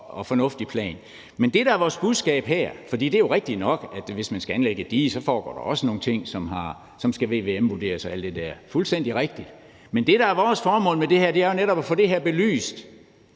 og fornuftig plan. Det er jo rigtigt nok, at hvis man skal anlægge et dige, foregår der også nogle ting, som skal vvm-vurderes og alt det der – det er fuldstændig rigtigt. Men det, der er vores formål med det her, er jo netop at få det her belyst